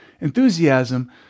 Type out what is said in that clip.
enthusiasm